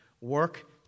work